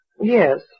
Yes